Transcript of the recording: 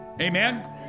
Amen